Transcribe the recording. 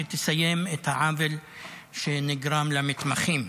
שתסיים את העוול שנגרם למתמחים.